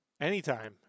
anytime